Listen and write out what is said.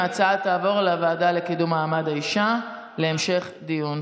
ההצעה תעבור לוועדה לקידום מעמד האישה להמשך דיון.